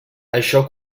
això